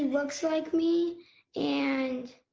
looks like me and